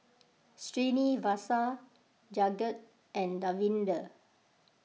Srinivasa Jagat and Davinder